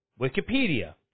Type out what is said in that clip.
Wikipedia